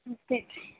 ਹੂੰ ਠੀਕ ਹੈ